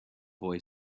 boy